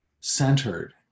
centered